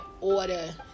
order